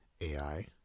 AI